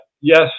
yes